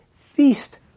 feast